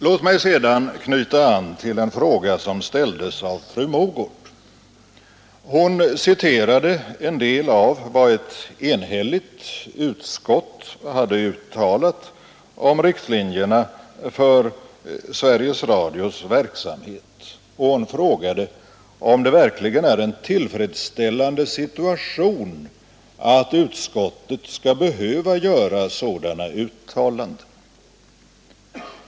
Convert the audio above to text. Låt mig sedan knyta an till en fråga som ställdes av fru Mogård. Hon citerade en del av vad ett enhälligt utskott hade uttalat om riktlinjerna för Sveriges Radios verksamhet, och hon frågade om det verkligen är en tillfredsställande situation att utskottet skall behöva göra sådana uttalanden.